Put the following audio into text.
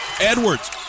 Edwards